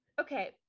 okay